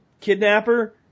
kidnapper